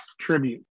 tribute